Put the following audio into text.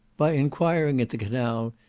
by enquiring at the canal,